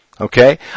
Okay